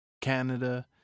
Canada